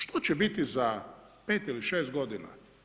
Što će biti za 5 ili 6 godina?